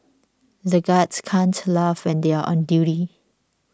the guards can't laugh when they are on duty